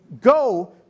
go